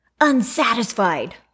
Unsatisfied